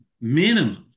minimum